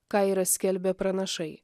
ką yra skelbę pranašai